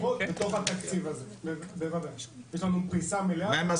יש פרישה מלאה.